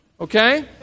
Okay